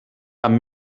amb